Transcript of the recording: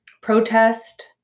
protest